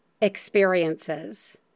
experiences